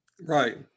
Right